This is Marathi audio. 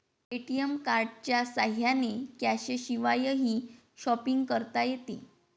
ए.टी.एम कार्डच्या साह्याने कॅशशिवायही शॉपिंग करता येते